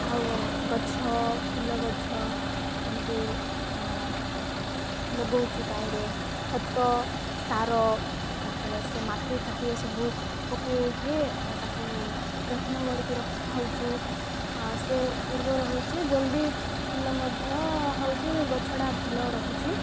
ଆଉ ଗଛ ଫୁଲ ଗଛ ଏମତି ଲଗଉଛୁ ତାହିଁରେ ଖତ ସାର ତାପରେ ସେ ମାଟିଫାଟି ଏସବୁ ପକେଇକି ତାକୁ ଯତ୍ନ କରିକି ରଖିଥାଉଛୁ ସେ ଉର୍ବର ରହୁଛି ଜଲ୍ଦି ଫୁଲ ମଧ୍ୟ ହେଉଛି ଗଛଟା ଭଲ ରହୁଛି